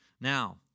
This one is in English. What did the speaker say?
Now